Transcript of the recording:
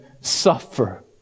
suffer